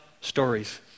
stories